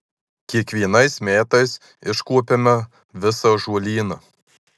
kiekvienais metais iškuopiame visą ąžuolyną